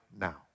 now